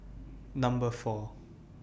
Number four